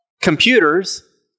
computers